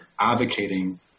advocating